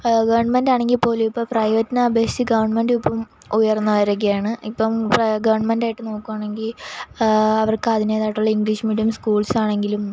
ഗവണ്മെൻ്റാണെങ്കില് പോലും ഇപ്പോള് പ്രൈവറ്റിനെ അപേക്ഷിച്ച് ഗവണ്മെൻ്റും ഇപ്പോള് ഉയർന്നുവരികയാണ് ഇപ്പോള് ഗവണ്മെൻ്റായിട്ട് നോക്കുവാണങ്കില് അവർക്ക് അതിന്റേതായിട്ടുള്ള ഇംഗ്ലീഷ് മീഡിയം സ്കൂൾസാണങ്കിലും